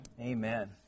Amen